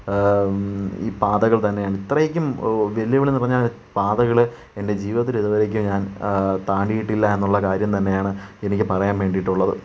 ഈ പാതകൾ തന്നെയാണ് ഇത്രക്കും വെല്ലുവിളി നിറഞ്ഞ പാതകൾ എൻ്റെ ജീവിതത്തിൽ ഇതുവരേക്കും ഞാൻ താണ്ടിയിട്ടില്ല എന്നുള്ള കാര്യം തന്നെയാണ് എനിക്ക് പറയാൻ വേണ്ടിട്ടുള്ളത്